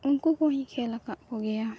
ᱩᱱᱠᱩ ᱠᱚᱦᱚᱧ ᱠᱷᱮᱞᱟᱠᱟᱫ ᱠᱚᱜᱮᱭᱟ